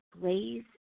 Blaze